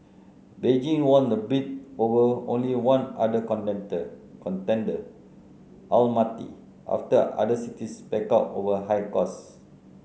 Beijing won the bid over only one other contender Almaty after other cities backed out over high costs